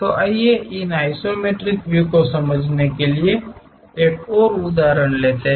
तो आइए इन आइसोमेट्रिक व्यू को समझने के लिए एक और उदाहरण लेते हैं